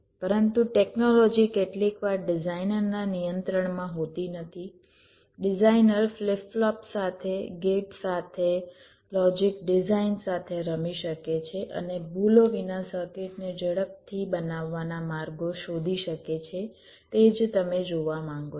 પરંતુ ટેકનોલોજી કેટલીકવાર ડિઝાઇનર ના નિયંત્રણમાં હોતી નથી ડિઝાઈનર ફ્લિપ ફ્લોપ્સ સાથે ગેટ્સ સાથે લોજિક ડિઝાઇન સાથે રમી શકે છે અને ભૂલો વિના સર્કિટને ઝડપથી બનાવવાના માર્ગો શોધી શકે છે તે જ તમે જોવા માંગો છો